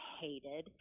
hated